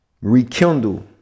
rekindle